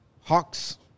Hawks